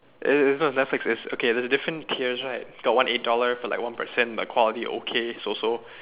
it it it's not Netflix it's okay there's a different tiers right you got one eight dollar for like one person but quality okay so so